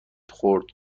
خورد